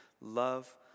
Love